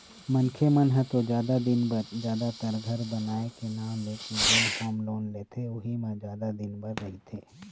मनखे मन ह तो जादा दिन बर जादातर घर बनाए के नांव लेके जेन होम लोन लेथे उही ह जादा दिन बर रहिथे